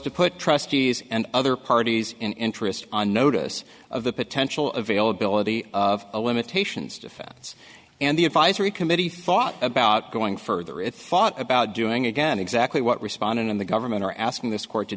to put trustees and other parties in interest on notice of the potential availability of limitations to facts and the advisory committee thought about going further it thought about doing again exactly what respondent in the government are asking this court to